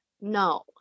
no